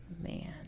Man